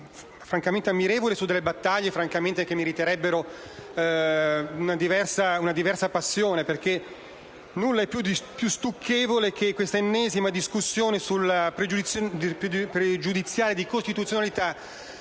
francamente ammirevole su delle battaglie che meriterebbero una diversa passione. Nulla è più stucchevole che questa ennesima discussione sulle pregiudiziali di costituzionalità